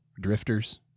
drifters